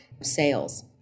sales